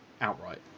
outright